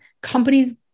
companies